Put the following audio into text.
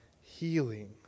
healing